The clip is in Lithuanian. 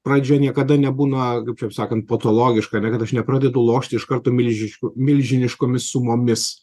pradžioj niekada nebūna kaip čia sakant patologiška todėl kad aš nepradedu lošti iš karto milžinišku milžiniškomis sumomis